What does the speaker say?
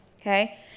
okay